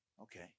Okay